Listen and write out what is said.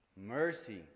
Mercy